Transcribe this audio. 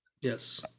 Yes